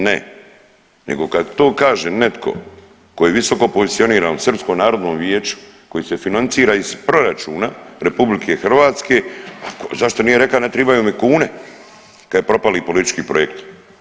Ne, nego kad to kaže netko tko je visokopozicioniran u Srpskom narodnom vijeću, koji se financira iz proračuna RH zašto nije rekla ne tribaju mi kune kad je propali politički projekt.